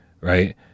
right